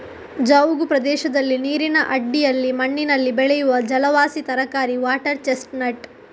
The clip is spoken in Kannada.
ಜವುಗು ಪ್ರದೇಶದಲ್ಲಿ ನೀರಿನ ಅಡಿಯಲ್ಲಿ ಮಣ್ಣಿನಲ್ಲಿ ಬೆಳೆಯುವ ಜಲವಾಸಿ ತರಕಾರಿ ವಾಟರ್ ಚೆಸ್ಟ್ ನಟ್